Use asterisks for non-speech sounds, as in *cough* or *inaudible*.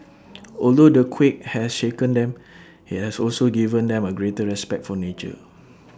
*noise* although the quake has shaken them IT has also given them A greater respect for nature